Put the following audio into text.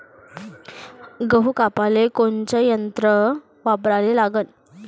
गहू कापाले कोनचं यंत्र वापराले लागन?